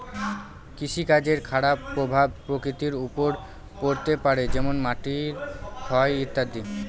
কৃষিকাজের খারাপ প্রভাব প্রকৃতির ওপর পড়তে পারে যেমন মাটির ক্ষয় ইত্যাদি